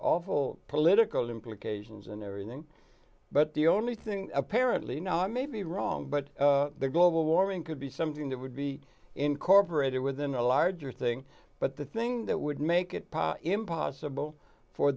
awful political implications and everything but the only thing apparently now i may be wrong but the global warming could be something that would be incorporated within a larger thing but the thing that would make it impossible for